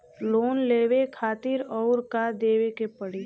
Loan लेवे खातिर अउर का देवे के पड़ी?